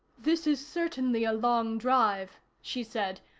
this is certainly a long drive, she said.